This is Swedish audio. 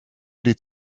ditt